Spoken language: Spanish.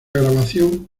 grabación